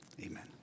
amen